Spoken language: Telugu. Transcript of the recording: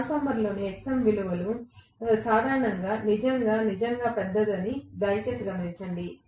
ట్రాన్స్ఫార్మర్లోని Xm విలువ సాధారణంగా నిజంగా నిజంగా పెద్దదని దయచేసి గమనించండి